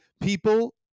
People